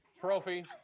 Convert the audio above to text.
Trophy